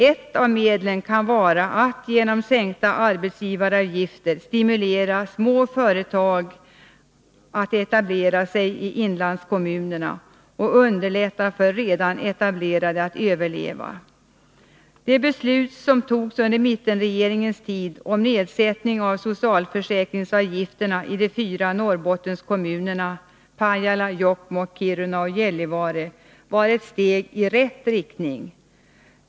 Ett av medlen kan vara att genom sänkta arbetsgivaravgifter stimulera småföretag att etablera sig i inlandskommunerna och att underlätta för redan etablerade att överleva. Det beslut som togs under mittenregeringens tid om nedsättning av socialförsäkringsavgifterna i de fyra Norrbottenskommunerna Pajala, Jokkmokk, Kiruna och Gällivare var ett steg i rätt riktning.